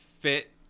fit